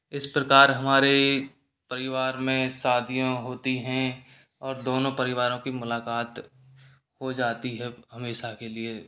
इस प्रकार हमारे परिवार में शादियाँ होती हैं और दोनों परिवारों की मुलाकात हो जाती है हमेशा के लिए